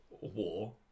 war